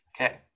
Okay